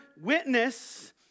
witness